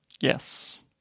Yes